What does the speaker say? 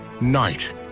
night